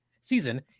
season